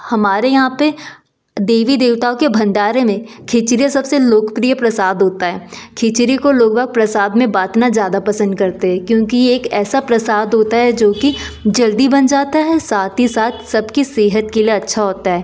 हमारे यहाँ पर देवी देवता के भंडारे में खिचड़ी सबसे लोकप्रिय प्रसाद होता है खिचड़ी को लोग अब प्रसाद में बाँटना ज़्यादा पसंद करते हैं क्योंकि यह एक ऐसा प्रसाद होता है जो कि जल्दी बन जाता है और साथ ही साथ सबकी सेहत के लिए अच्छा होता है